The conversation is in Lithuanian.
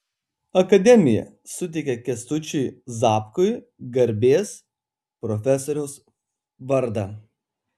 akademija suteikė kęstučiui zapkui garbės profesoriaus vardą